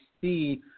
see